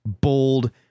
bold